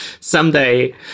someday